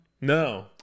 No